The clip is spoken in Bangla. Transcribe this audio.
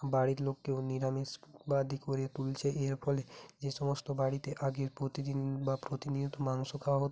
বাড়ির লোককেও নিরামিষবাদী করে তুলছে এর ফলে যে সমস্ত বাড়িতে আগে প্রতিদিন বা প্রতিনিয়ত মাংস খাওয়া হতো